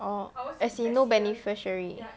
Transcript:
orh as in no beneficiary